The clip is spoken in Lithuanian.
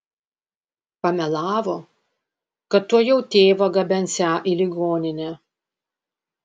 pamelavo kad tuojau tėvą gabensią į ligoninę